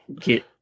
get